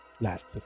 last